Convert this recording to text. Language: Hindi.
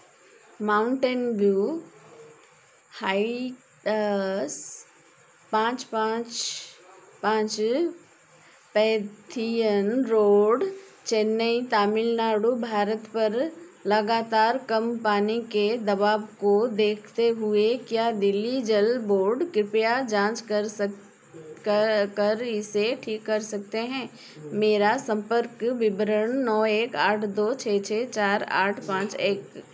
माउन्टेन व्यू हाइअस पाँच पाँच पाँच पैथियन रोड चेन्नई तामिलनाडु भारत पर लगातार कम पानी के दबाव को देखते हुए क्या दिल्ली जल बोर्ड कृपया जाँच कर सक कर इसे ठीक कर सकते हैं मेरा सम्पर्क विवरण नौ एक आठ दो छः छः चार आठ पाँच एक